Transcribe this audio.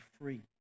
free